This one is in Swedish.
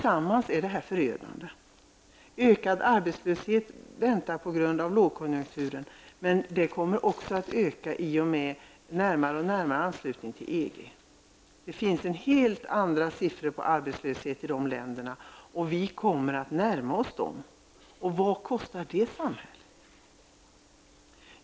Sammantaget är detta förödande. Ökad arbetslöshet väntar på grund av lågkonjunkturen. Den kommer också att öka ju närmare man kommer anslutningen till EG. EG länderna har helt andra arbetslöshetssiffror, och vi kommer att närma oss dem. Vad kostar det samhället?